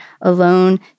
alone